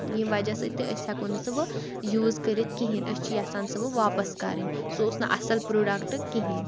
ییٚمہِ وَجہ سۭتۍ تہٕ أسۍ ہٮ۪کو نہٕ سُہ وٕ یوٗز کٔرِتھ کِہیٖنۍ أسۍ چھِ یَژھان سُہ وٕ واپَس کَرٕنۍ سُہ اوس نہٕ اَصٕل پرٛوڈَکٹ کِہیٖنۍ